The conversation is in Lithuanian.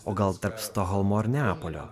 o gal tarp stokholmo ar neapolio